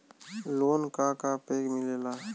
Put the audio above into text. Loan का का पे मिलेला?